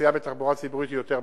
הנסיעה בתחבורה הציבורית יותר בטוחה,